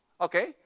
Okay